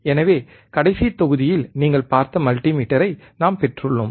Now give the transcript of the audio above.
எனவே கடைசி தொகுதியில் நீங்கள் பார்த்த மல்டிமீட்டரை நாம் பெற்றுள்ளோம்